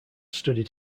studied